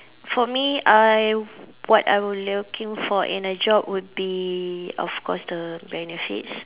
for me I what I looking for in a job would be of course the benefits